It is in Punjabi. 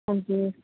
ਹਾਂਜੀ